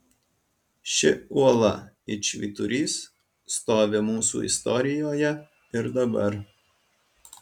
ši uola it švyturys stovi mūsų istorijoje ir dabar